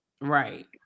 Right